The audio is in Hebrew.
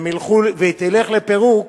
והיא תלך לפירוק,